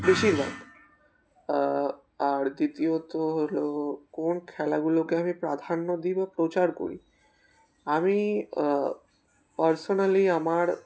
বেশিরভাগ আর দ্বিতীয়ত হলো কোন খেলাগুলোকে আমি প্রাধান্য দিই বা প্রচার করি আমি পার্সোনালি আমার